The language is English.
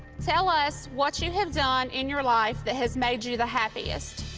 tell us what you have done in your life that has made you the happiest.